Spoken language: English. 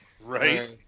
Right